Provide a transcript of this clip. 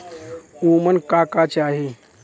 उमन का का चाही?